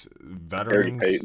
veterans